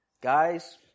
guys